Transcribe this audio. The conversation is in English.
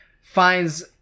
finds